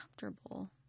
comfortable